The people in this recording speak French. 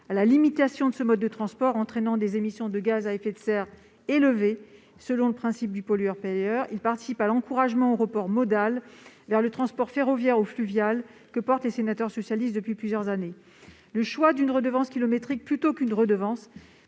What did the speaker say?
à la limitation de ce mode de transport entraînant des émissions de gaz à effet de serre élevées, selon le principe pollueur-payeur. Cela participe de l'encouragement au report modal vers le transport ferroviaire ou fluvial que portent les sénateurs socialistes depuis plusieurs années. Le choix d'une redevance kilométrique plutôt que d'une redevance